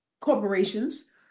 corporations